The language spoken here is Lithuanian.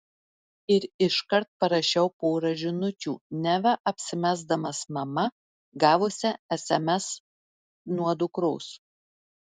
ir iškart parašiau porą žinučių neva apsimesdamas mama gavusia sms nuo dukros